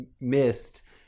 missed